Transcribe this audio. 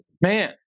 Man